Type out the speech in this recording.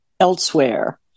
elsewhere